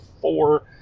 four